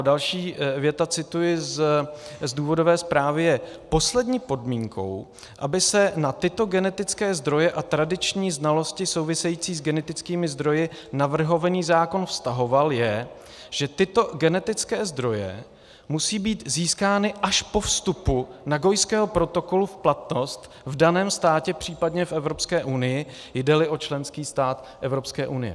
Další věta cituji z důvodové zprávy je: Poslední podmínkou, aby se na tyto genetické zdroje a tradiční znalosti související s genetickými zdroji navrhovaný zákon vztahoval, je, že tyto genetické zdroje musí být získány až po vstupu Nagojského protokolu v platnost v daném státě, případě v Evropské unii, jdeli o členský stát Evropské unie.